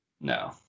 No